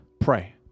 pray